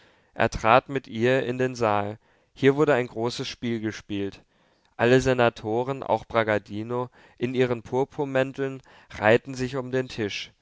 er trat mit ihr in den saal hier wurde ein großes spiel gespielt alle senatoren auch bragadino in ihren purpurmänteln reihten sich um den tisch